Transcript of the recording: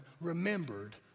remembered